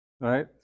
Right